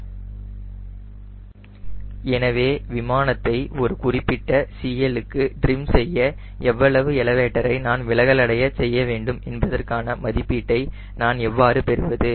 Refer Sliede Time 0737 எனவே விமானத்தை ஒரு குறிப்பிட்ட CL க்கு ட்ரிம் செய்ய எவ்வளவு எலவேட்டரை நான் விலகல் அடைய செய்ய வேண்டும் என்பதற்கான மதிப்பீட்டை நான் எவ்வாறு பெறுவது